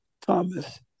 Thomas